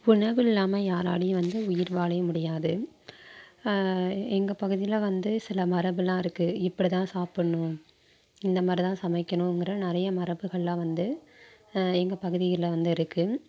உணவில்லாமல் யாராலையும் வந்து உயிர் வாழவே முடியாது எங்கள் பகுதியில் வந்து சில மரபெலாம் இருக்குது இப்படி தான் சாப்பிட்ணும் இந்தமாதிரி தான் சமைக்கணுங்கிற நிறைய மரபுகளெலாம் வந்து எங்கள் பகுதியில் வந்து இருக்குது